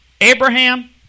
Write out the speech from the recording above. Abraham